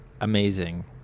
amazing